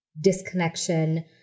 disconnection